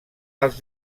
els